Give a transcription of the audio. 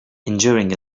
injuring